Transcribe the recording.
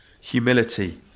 humility